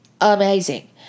amazing